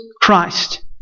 Christ